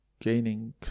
gaining